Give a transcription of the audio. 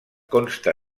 consta